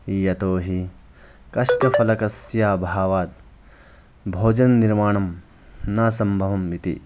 यतो हि काष्टफलकस्य अभावात् भोजननिर्माणं न सम्भवम् इति